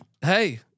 Hey